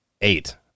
Eight